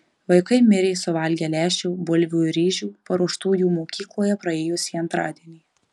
vaikai mirė suvalgę lęšių bulvių ir ryžių paruoštų jų mokykloje praėjusį antradienį